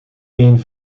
één